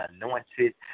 anointed